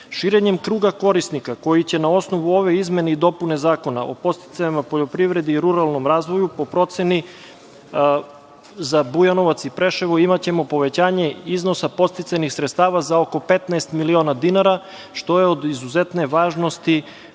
dinara. Širenjem kruga korisnika koji će na osnovu ove izmene i dopune Zakona o podsticajima u poljoprivredi i ruralnom razvoju po proceni za Bujanovac i Preševo imaćemo povećanje iznosa podsticajnih sredstava za oko 15 miliona dinara, što je od izuzetne važnosti